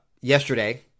yesterday